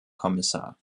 kommissar